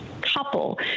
couple